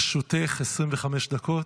לרשותך 25 דקות.